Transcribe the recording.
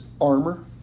armor